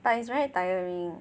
but it's very tiring